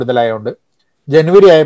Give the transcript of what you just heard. January